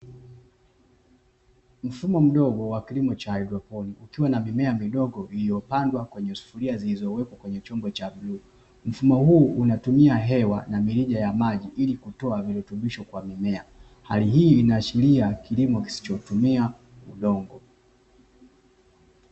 Mfumo mdogo wa kilimo cha hydroponic kukiwa na mimea midogo iliopandwa kwenye sufuria zilizowekwa kwenye chombo cha bluu, mfumo huu unatumia hewa na mirija ya maji ili kutoa virutubisho kwa mimea, hali hii inaashiria kilimo kisichotumia udongo.